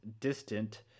distant